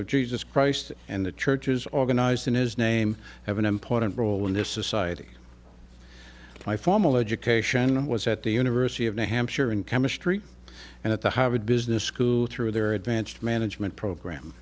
of jesus christ and the churches organized in his name have an important role in this society my formal education was at the university of new hampshire in chemistry and at the harvard business school through their advanced management program